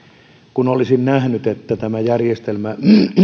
kun olisin nähnyt että tämä järjestelmä